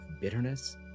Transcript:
bitterness